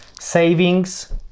savings